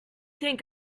think